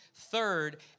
Third